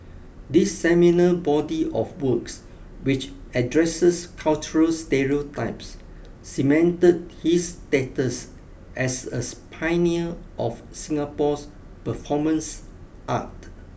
this seminal body of works which addresses cultural stereotypes cemented his status as a pioneer of Singapore's performance art